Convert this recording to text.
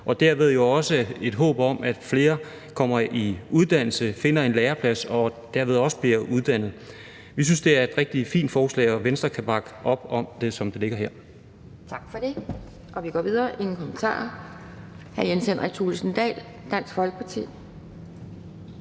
der jo også et håb om, at flere kommer i uddannelse, finder en læreplads og derved også bliver uddannet. Vi synes, det er et rigtig fint forslag, og Venstre kan bakke op om det, som det ligger her.